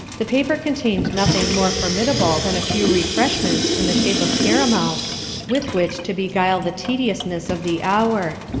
the paper contained nothing more formidable than a few refreshments in the shape of caramels with which to beguile the tedious-ness of the hour.